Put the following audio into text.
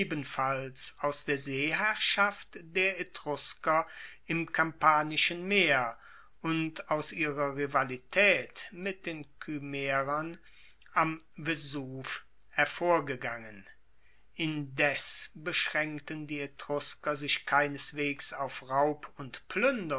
ebenfalls aus der seeherrschaft der etrusker im kampanischen meer und aus ihrer rivalitaet mit den kymaeern am vesuv hervorgegangen indes beschraenkten die etrusker sich keineswegs auf raub und